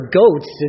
goats